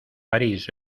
parís